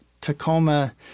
tacoma